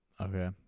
Okay